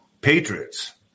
patriots